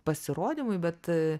pasirodymui bet